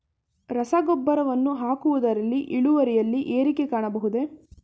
ರಸಗೊಬ್ಬರವನ್ನು ಹಾಕುವುದರಿಂದ ಇಳುವರಿಯಲ್ಲಿ ಏರಿಕೆ ಕಾಣಬಹುದೇ?